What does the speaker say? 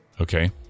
Okay